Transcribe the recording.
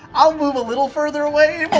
i'll move a little further away,